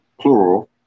plural